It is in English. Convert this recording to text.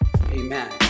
Amen